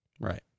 right